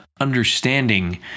understanding